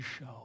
show